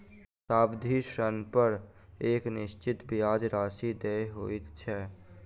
सावधि ऋणपर एक निश्चित ब्याज राशि देय होइत छै